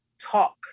talk